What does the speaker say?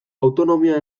autonomia